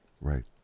Right